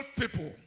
people